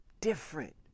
different